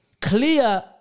clear